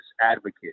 advocate